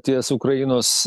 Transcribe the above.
ties ukrainos